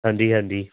ਹਾਂਜੀ ਹਾਂਜੀ